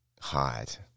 hot